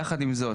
יחד עם זאת,